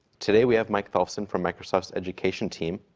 today we have mike tholfsen from microsoft's education team